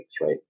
Right